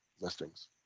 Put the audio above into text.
listings